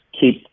keep